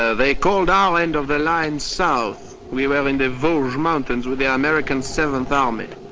ah they called our end of the line south, we were in the vosges mountains with the ah american seventh army.